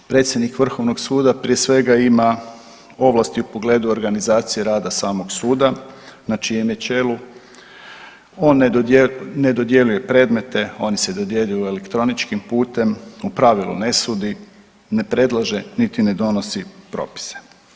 Predsjednik Vrhovnog suda prije svega ima ovlasti u pogledu organizacije rada samog suda na čijem je čelu, on ne dodjeljuje predmete, oni se dodjeljuju elektroničkim putem, u pravilu ne sudi, ne predlaže niti ne donosi propise.